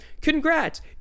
Congrats